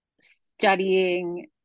studying